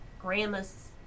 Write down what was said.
grandma's